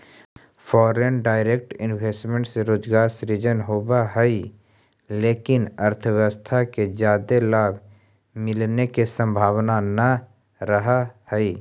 foreign direct investment से रोजगार सृजन होवऽ हई लेकिन अर्थव्यवस्था के जादे लाभ मिलने के संभावना नह रहऽ हई